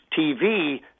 TV